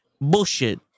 bullshit